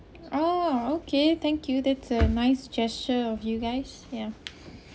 oh okay thank you that's a nice gesture of you guys ya